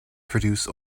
produce